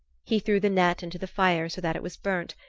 he threw the net into the fire so that it was burnt,